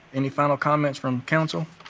any final comments from council?